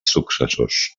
successors